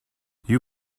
you